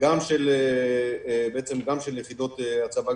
גם של יחידות הצבא,